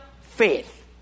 faith